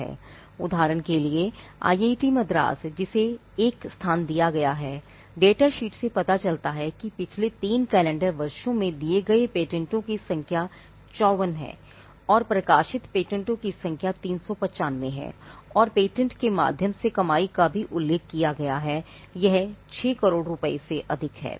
उदाहरण के लिए IIT मद्रास जिसे 1 स्थान दिया गया है डेटा शीट से पता चलता है कि पिछले 3 कैलेंडर वर्षों में दिए गए पेटेंटों की संख्या 54 है और प्रकाशित पेटेंटों की संख्या 395 है और पेटेंट के माध्यम से कमाई का भी उल्लेख किया गया है कि यह 6 करोड़ रुपए से अधिक है